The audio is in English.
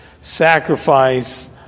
sacrifice